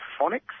phonics